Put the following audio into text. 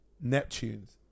Neptune's